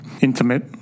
intimate